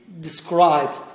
described